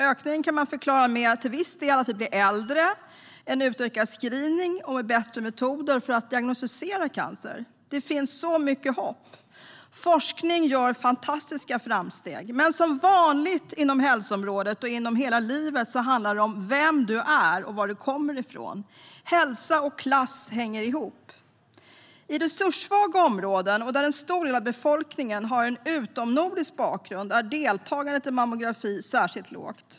Ökningen kan till viss del förklaras av att vi blir äldre, en utökad screening och bättre metoder för att diagnostisera cancer. Det finns så mycket hopp. Forskningen gör fantastiska framsteg. Men som vanligt inom hälsoområdet och inom hela livet handlar det om vem du är och vad du kommer ifrån. Hälsa och klass hänger ihop. I resurssvaga områden och där en stor del av befolkningen har en utomnordisk bakgrund är deltagandet i mammografi särskilt lågt.